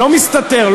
לא מסתתר.